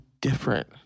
different